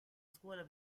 scuola